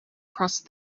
crossed